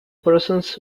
persons